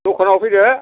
दखानाव फैदो